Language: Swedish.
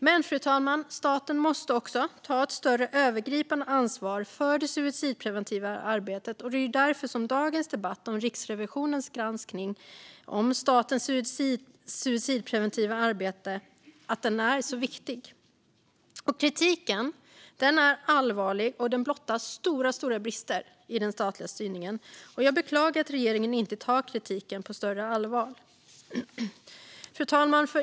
Men, fru talman, staten måste ta ett större övergripande ansvar för det suicidpreventiva arbetet. Det är därför som dagens debatt om Riksrevisionens granskning av statens suicidpreventiva arbete är så viktig. Kritiken är allvarlig, och den blottar stora brister i den statliga styrningen. Jag beklagar att regeringen inte tar kritiken på större allvar. Fru talman!